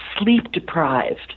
sleep-deprived